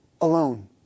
alone